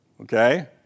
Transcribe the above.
Okay